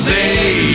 day